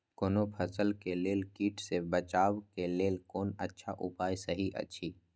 कोनो फसल के लेल कीट सँ बचाव के लेल कोन अच्छा उपाय सहि अछि?